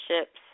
ships